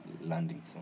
landing